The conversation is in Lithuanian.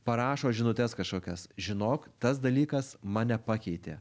parašo žinutes kažkokias žinok tas dalykas mane pakeitė